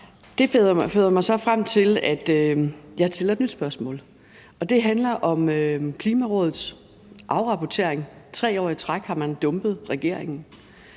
Det fører mig så frem til at stille et nyt spørgsmål, og det handler om Klimarådets afrapportering. 3 år i træk har man dumpet regeringen.